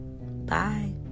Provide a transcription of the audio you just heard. Bye